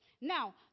Now